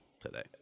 today